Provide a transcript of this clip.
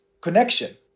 connection